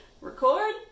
record